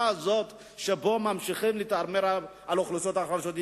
הזאת שלפיה ממשיכים להתעמר באוכלוסיות החלשות.